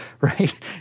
right